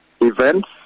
events